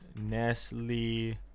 Nestle